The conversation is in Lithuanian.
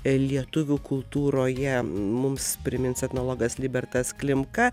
lietuvių kultūroje mums primins etnologas libertas klimka